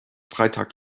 freitag